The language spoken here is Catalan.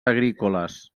agrícoles